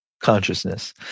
consciousness